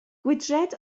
gwydraid